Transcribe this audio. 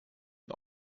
ihn